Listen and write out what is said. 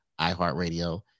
iHeartRadio